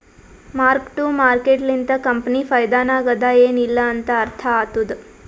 mark to market ಲಿಂತ company ಫೈದಾನಾಗ್ ಅದಾ ಎನ್ ಇಲ್ಲಾ ಅಂತ ಅರ್ಥ ಆತ್ತುದ್